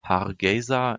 hargeysa